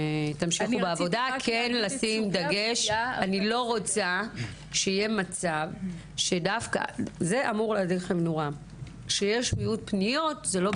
אני לא רוצה שיהיה מצב שאם יש מיעוט פניות זה אומר